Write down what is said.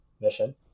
mission